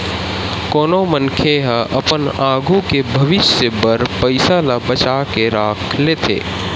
कोनो मनखे ह अपन आघू के भविस्य बर पइसा ल बचा के राख लेथे